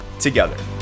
together